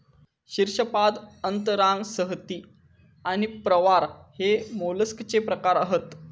शीर्शपाद अंतरांग संहति आणि प्रावार हे मोलस्कचे प्रकार हत